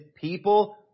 people